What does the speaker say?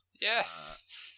Yes